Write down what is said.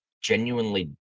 genuinely